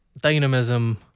dynamism